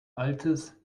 altes